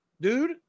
dude